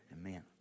amen